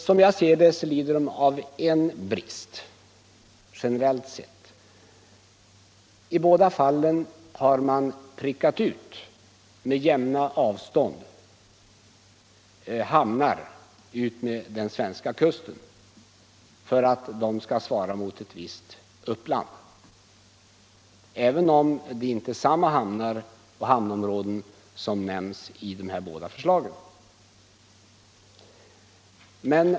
Som jag ser det lider de, generellt sett, av en brist. I båda fallen har man prickat ut hamnar med jämna avstånd utmed den svenska kusten vilka skall svara mot ett visst uppland, låt vara att det inte är samma hamnar och hamnområden som nämns i de båda förslagen.